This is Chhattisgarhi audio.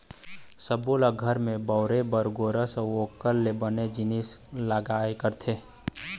सब्बो ल घर म बउरे बर गोरस अउ ओखर ले बने जिनिस लागबे करथे